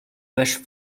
vache